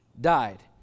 died